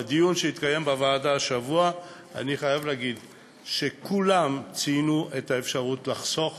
בדיון שהתקיים בוועדה השבוע אני חייב לומר שכולם ציינו את האפשרות לחסוך